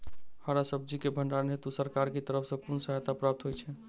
हरा सब्जी केँ भण्डारण हेतु सरकार की तरफ सँ कुन सहायता प्राप्त होइ छै?